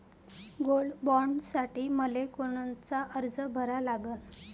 Gold बॉण्डसाठी मले कोनचा अर्ज भरा लागन?